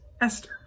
Esther